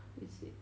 is it